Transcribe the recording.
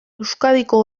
euskadiko